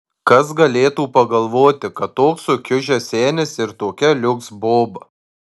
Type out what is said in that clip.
kas galėtų pagalvoti kad toks sukiužęs senis ir tokia liuks boba